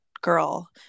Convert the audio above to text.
girl